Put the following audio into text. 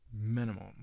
minimum